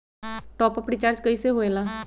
Top up recharge कइसे होएला?